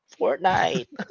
Fortnite